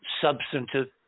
substantive